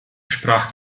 sprach